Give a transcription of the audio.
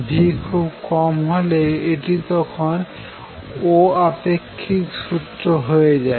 v খুব কম হলে এটি তখন অ আপেক্ষিক সুত্র হয়ে যায়